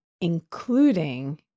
including